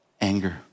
anger